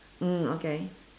mm okay